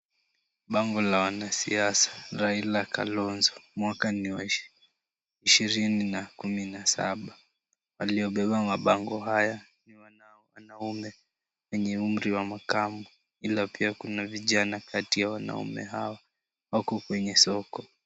Bango la wanasiasa, Raila,. Kalonzo mwaka ni wa ishirini na kumi na saba. Waliobeba mabango haya na wanaume wenye umri wa makamo ila pia kuna vijana kati ya wanaume hao wako kwenye soko.